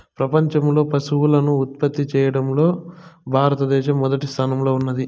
ప్రపంచంలో పసుపును ఉత్పత్తి చేయడంలో భారత దేశం మొదటి స్థానంలో ఉన్నాది